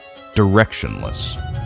directionless